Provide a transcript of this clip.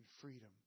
freedom